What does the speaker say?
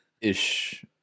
ish